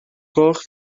gloch